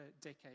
decade